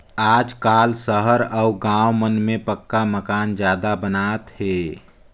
आजकाल सहर अउ गाँव मन में पक्का मकान जादा बनात हे